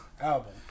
album